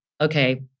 okay